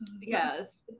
Yes